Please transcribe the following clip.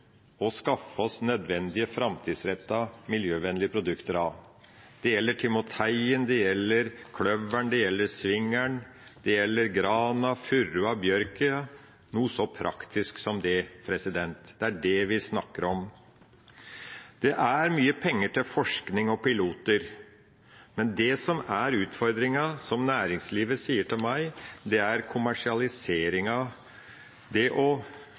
og skaffe oss nødvendige, framtidsrettede, miljøvennlige produkter av. Det gjelder timoteien, det gjelder kløveren, det gjelder svingelen, det gjelder grana, furua, bjørka – noe så praktisk som det. Det er det vi snakker om. Det er mye penger til forskning og piloter. Men det som er utfordringa, som næringslivet sier til meg, er kommersialiseringa, det